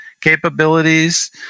capabilities